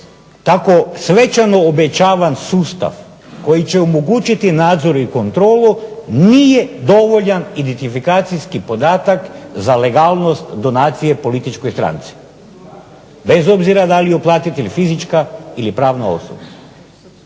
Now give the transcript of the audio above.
tako svečano obećavan sustav koji će omogućiti nadzor i kontrolu nije dovoljan identifikacijski podatak za legalnost donacije političkoj stranci, bez obzira da li je uplatitelj fizička ili pravna osoba.